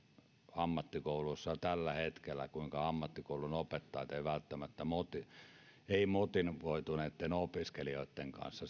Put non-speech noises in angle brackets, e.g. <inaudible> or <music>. ammattikouluissa jo tällä hetkellä ammattikoulunopettajat eivät välttämättä painiskele siellä motivoituneitten opiskelijoitten kanssa <unintelligible>